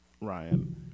Ryan